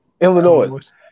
Illinois